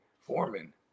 foreman